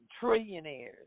trillionaires